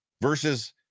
Versus